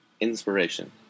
Inspiration